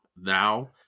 now